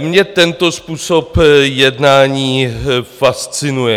Mě tento způsob jednání fascinuje.